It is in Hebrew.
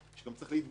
שצריך להתבגר גם.